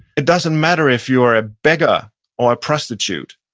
it doesn't matter if you're a beggar or a prostitute,